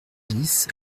dix